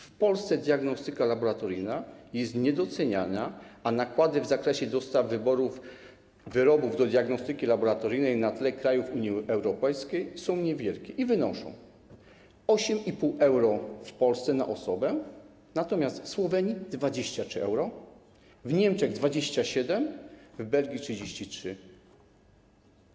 W Polsce diagnostyka laboratoryjna jest niedoceniana, a nakłady w zakresie dostaw wyrobów do diagnostyki laboratoryjnej na tle krajów Unii Europejskiej są niewielkie i wynoszą: 8,5 euro w Polsce na osobę, natomiast w Słowenii - 23 euro, w Niemczech - 27 euro, w Belgii - 33 euro.